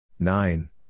Nine